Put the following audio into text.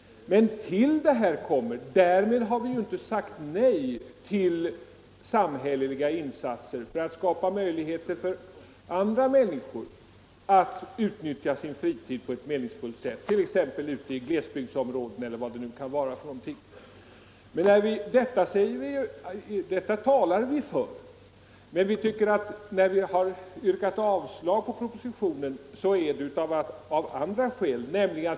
Men därmed har vi' inte sagt nej till samhälleliga insatser för att skapa möjligheter för andra människor att utnyttja sin fritid på ett meningsfullt sätt, i. ex. i glesbygdsområdena eller vad det nu kan vara. När vi yrkar avslag på propositionen är det av andra skäl.